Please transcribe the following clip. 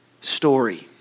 story